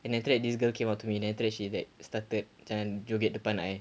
and after that this girl came up to me then after that she like started macam joget depan I